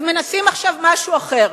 אז מנסים עכשיו משהו אחר,